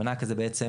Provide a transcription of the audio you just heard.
המענק הזה בעצם,